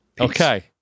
Okay